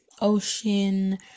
ocean